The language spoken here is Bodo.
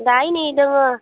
दा ओइ नै दङ